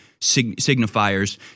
signifiers